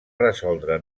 resoldre